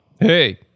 Hey